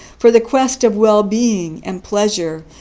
for the quest of well-being and pleasure,